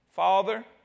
Father